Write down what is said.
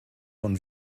von